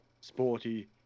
sporty